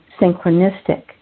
synchronistic